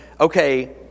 okay